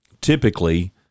typically